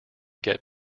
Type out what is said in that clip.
get